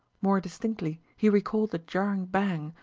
more distinctly he recalled the jarring bang,